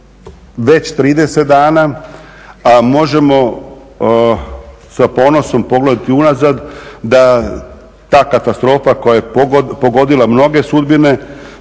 već 30 dana, a možemo sa ponosom pogledati unazad da ta katastrofa koja je pogodila mnoge sudbine,